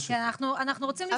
אנחנו רוצים לשמוע את כולם.